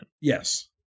Yes